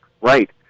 Right